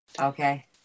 Okay